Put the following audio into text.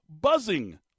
buzzing